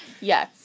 yes